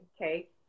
Okay